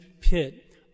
pit